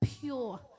Pure